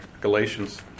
Galatians